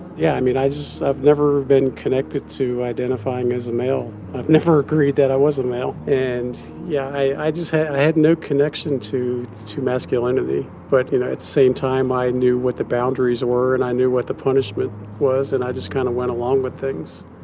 yeah, i mean, i just i've never been connected to identifying as a male. i've never agreed that i was a male. and yeah, i just had i i had no connection to to masculinity. but, you know, at the same time, i knew what the boundaries were, and i knew what the punishment was, and i just kind of went along with things